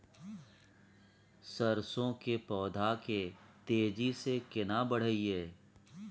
सरसो के पौधा के तेजी से केना बढईये?